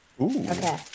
Okay